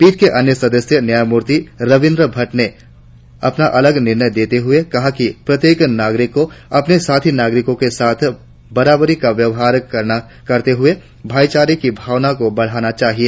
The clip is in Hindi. पीठ के अन्य सदस्य न्यायमूर्ति रविंद्र भट़ट ने अपना अलग निर्णय देते हुए कहा कि प्रत्येक नागरिक को अपने साथी नागरिकों के साथ बराबरी का व्यवहार करते हुए भाई चारे की भावना को बढ़ाना चाहिए